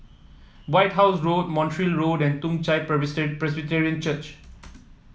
White House Road Montreal Road and Toong Chai Presbyterian Church